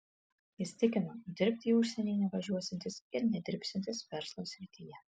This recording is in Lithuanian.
jis tikino dirbti į užsienį nevažiuosiantis ir nedirbsiantis verslo srityje